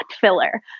filler